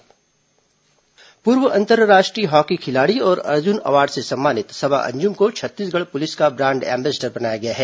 police खेल brand ambassador पूर्व अंतर्राष्ट्रीय हॉकी खिलाड़ी और अर्जुन अवॉर्ड से सम्मानित सबा अंजुम को छत्तीसगढ़ पुलिस का ब्रांड एम्बेस्डर बनाया गया है